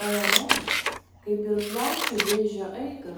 melanomos kaip ir plaučių vėžio eigą